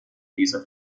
diese